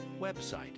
website